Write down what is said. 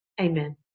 Amen